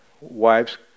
wives